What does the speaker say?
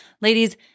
Ladies